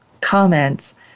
comments